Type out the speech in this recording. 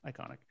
iconic